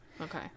Okay